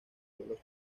vuelos